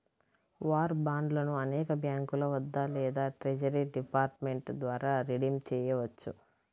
war బాండ్లను అనేక బ్యాంకుల వద్ద లేదా ట్రెజరీ డిపార్ట్మెంట్ ద్వారా రిడీమ్ చేయవచ్చు